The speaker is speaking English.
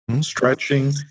stretching